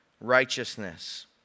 righteousness